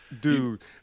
dude